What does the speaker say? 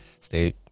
stay